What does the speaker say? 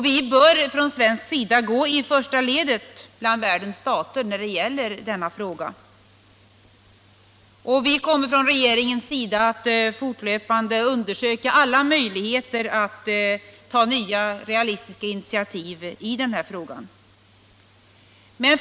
Vi bör på svensk sida gå i främsta ledet bland världens stater när det gäller denna fråga, och regeringen kommer att fortlöpande undersöka alla möjligheter att ta nya realistiska initiativ i frågan.